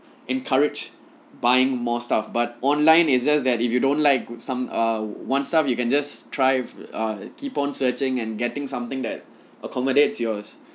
encourage buying more stuff but online is just that if you don't like good some err one stuff you can just try err keep on searching and getting something that accommodates your